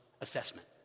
assessment